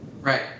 right